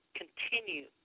continue